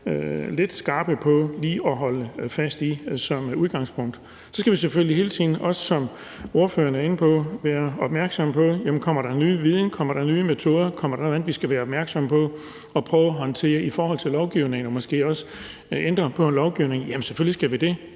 lidt skarpe på lige at holde fast i som udgangspunkt. Så skal vi selvfølgelig hele tiden, som ordføreren også er inde på, være opmærksomme på, om der kommer ny viden og nye metoder eller andet, vi skal være opmærksomme på og prøve at håndtere i forhold til lovgivningen. Og måske skal vi også ændre på lovgivningen. Selvfølgelig skal vi det,